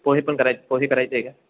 पोहे पण कराय पोहे करायचे आहे का